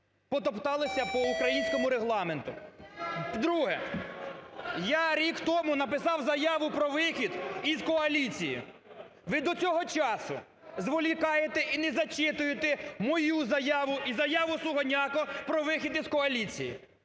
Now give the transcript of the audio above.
потопталися по українському Регламенту. Друге. Я рік тому написав заяву про вихід із коаліції. Ви до цього часу зволікаєте і не зачитуєте мою заяву і заяву Сугоняко про вихід із коаліції.